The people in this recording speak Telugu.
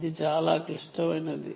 ఇది చాలా క్లిష్టమైనది